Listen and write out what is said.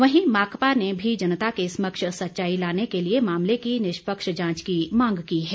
वहीं माकपा ने भी जनता के समक्ष सच्चाई लाने के लिए मामले की निष्पक्ष जांच की मांग की है